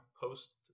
post